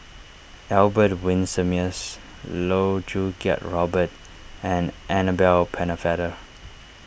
Albert Winsemius Loh Choo Kiat Robert and Annabel Pennefather